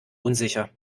unsicher